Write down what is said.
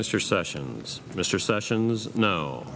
mr sessions mr sessions no